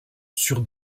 sur